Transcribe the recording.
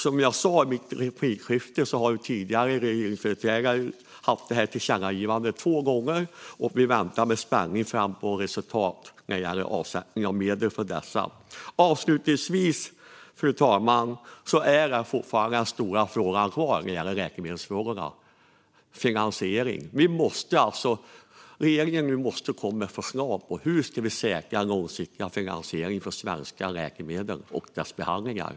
Som jag sa i replikskiftet har tidigare regeringar fått detta tillkännagivande två gånger. Vi väntar med spänning på resultat när det gäller avsättning av medel till detta. Fru talman! Avslutningsvis finns den stora frågan när det gäller läkemedelsfrågorna fortfarande kvar: finansieringen. Regeringen måste komma med förslag på hur vi ska säkra långsiktig finansiering för svenska läkemedel och dessa behandlingar.